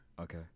Okay